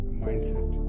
mindset